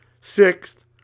Sixth